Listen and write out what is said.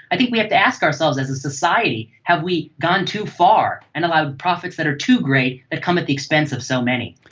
i think we have to ask ourselves as a society have we gone too far and allowed profits that are too great that come at the expense of so many.